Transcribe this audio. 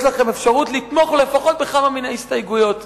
יש לכם אפשרות לתמוך לפחות בכמה מן ההסתייגויות.